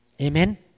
Amen